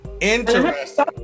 interesting